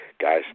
Guys